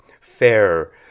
fair